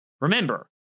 remember